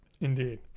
Indeed